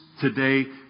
today